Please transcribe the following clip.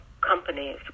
companies